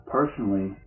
Personally